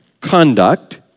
conduct